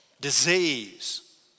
disease